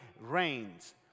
reigns